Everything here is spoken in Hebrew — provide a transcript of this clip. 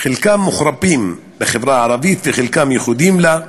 חלקם מוחרפים בחברה הערבית וחלקם ייחודיים לה.